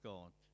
God